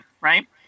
right